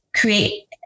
create